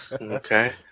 okay